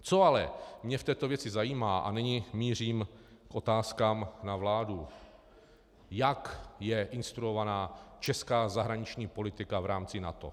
Co ale mě v této věci zajímá a nyní mířím k otázkám na vládu jak je instruovaná česká zahraniční politika v rámci NATO.